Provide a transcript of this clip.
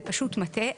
זה פשוט מטעה.